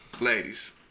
Ladies